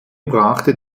brachte